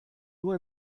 nur